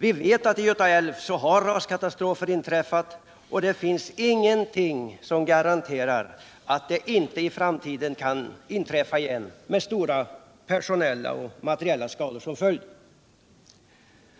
Vi vet att raskatastrofer har inträffat utmed Göta älv, och ingenting garanterar att sådana inte i framtiden kan inträffa igen med stora personella och materiella skador som följd.